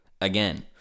Again